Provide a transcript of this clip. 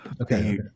Okay